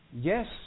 Yes